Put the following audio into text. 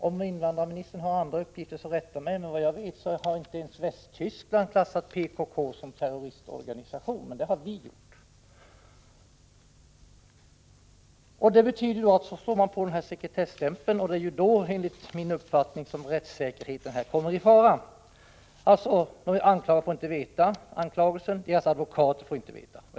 Om invandrarministern har andra uppgifter så rätta mig, men efter vad jag vet har inte ens Västtyskland klassat PKK som terroristorganisation, vilket alltså vi har gjort. Eftersom PKK betraktas som en terroristorganisation sekretesstämplas hela ärendet. Det är då som rättssäkerheten enligt min uppfattning kommer i fara. De anklagade och deras advokat får inte veta anklagelsen.